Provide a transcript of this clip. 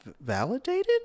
validated